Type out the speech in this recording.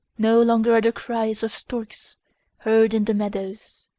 no longer are the cries of storks heard in the meadows,